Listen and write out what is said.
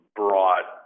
broad